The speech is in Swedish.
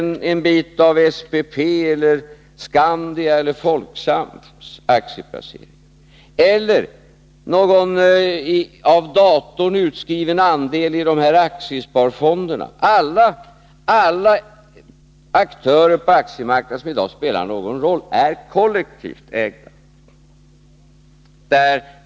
De äger en bit av SPP:s, Skandias eller Folksams aktieplaceringar eller någon av datorn utskriven andel i aktiesparfonderna. När det gäller alla aktörer på aktiemarknaden som i dag spelar någon roll, så är det fråga om kollektivt ägande.